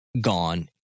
gone